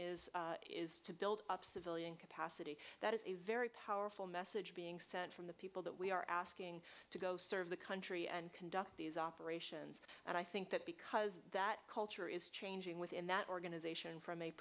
is is to build up civilian capacity that is a very powerful message being sent from the people that we are asking to go serve the country and conduct these operations and i think that because that culture is changing within that organization from a